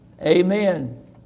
Amen